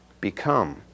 become